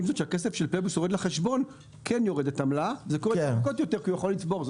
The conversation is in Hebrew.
כשהכסף של "פייבוקס" יורד לחשבון כן יורדת עמלה אבל הוא יכול לצבור,